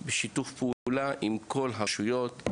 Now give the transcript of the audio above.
בשיתוף פעולה עם כל הרשויות,